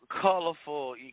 colorful